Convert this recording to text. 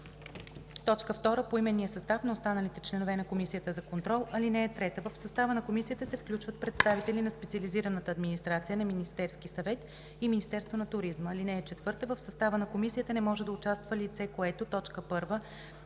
2. поименния състав на останалите членове на комисията за контрол. (3) В състава на комисията се включват представители на специализираната администрация на Министерски съвет и Министерството на туризма. (4) В състава на комисията не може да участва лице, което: 1.